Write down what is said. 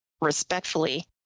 respectfully